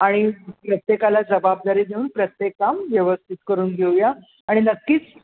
आणि प्रत्येकाला जवाबदारी देऊन प्रत्येक काम व्यवस्थित करून घेऊया आणि नक्कीच